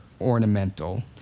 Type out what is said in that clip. ornamental